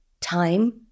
time